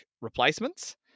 replacements